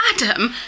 Adam